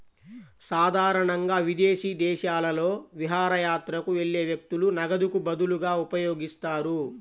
సాధారణంగా విదేశీ దేశాలలో విహారయాత్రకు వెళ్లే వ్యక్తులు నగదుకు బదులుగా ఉపయోగిస్తారు